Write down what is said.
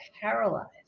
paralyzed